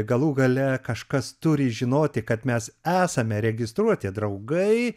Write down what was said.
galų gale kažkas turi žinoti kad mes esame registruoti draugai